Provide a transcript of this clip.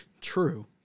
True